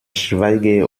schweige